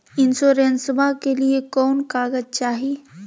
इंसोरेंसबा के लिए कौन कागज चाही?